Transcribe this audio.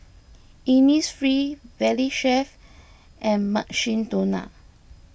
Innisfree Valley Chef and Mukshidonna